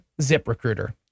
ZipRecruiter